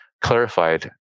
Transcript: clarified